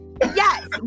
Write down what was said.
Yes